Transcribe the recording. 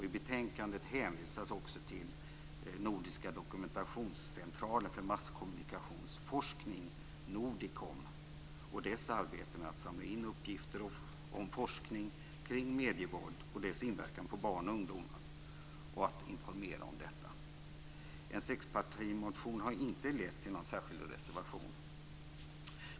I betänkandet hänvisas också till Nordiska Dokumentationscentralen för Masskommunikationsforskning, Nordicom, och dess arbete med att informera och samla in uppgifter om forskning kring medievåld och dess inverkan på barn och ungdomar. En sexpartimotion har inte lett till någon särskild reservation.